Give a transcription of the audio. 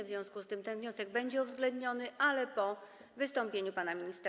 W związku z tym ten wniosek będzie uwzględniony, ale po wystąpieniu pana ministra.